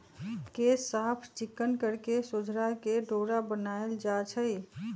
केश साफ़ चिक्कन कके सोझरा के डोरा बनाएल जाइ छइ